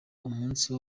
umunsi